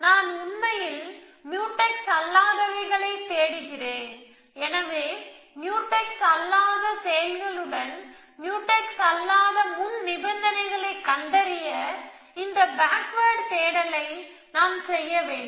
நான் உண்மையில் முயூடெக்ஸ் அல்லாதவைகளைத் தேடுகிறேன் எனவே முயூடெக்ஸ் அல்லாத செயல்களுடன் முயூடெக்ஸ் அல்லாத முன்நிபந்தனைகளை கண்டறிய இந்த ஃபாக்வேர்டு தேடலை நான் செய்ய வேண்டும்